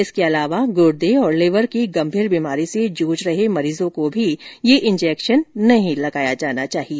इसके अलावा गुर्दे और लीवर की गंभीर बीमारी से जूझ रहे मरीजों को भी यह इंजेक्शन नहीं लगाया जाना चाहिए